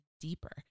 deeper